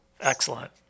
Excellent